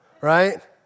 right